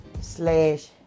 slash